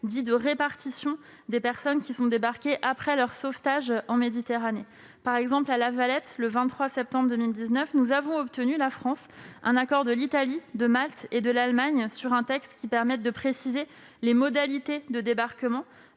dit de « répartition » des personnes qui sont débarquées après leur sauvetage en Méditerranée. Par exemple, à La Valette, le 23 septembre 2019, la France a obtenu un accord de l'Italie, de Malte et de l'Allemagne sur un texte visant à préciser les modalités de débarquement